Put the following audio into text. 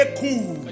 cool